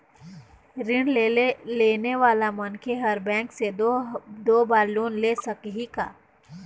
ऋण लेने वाला मनखे हर बैंक से दो बार लोन ले सकही का?